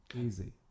Easy